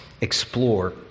explore